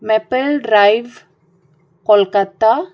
maple drive Kolkata